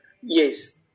Yes